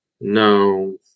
No